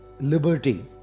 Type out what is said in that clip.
Liberty